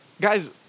Guys